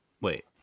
Wait